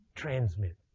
Transmit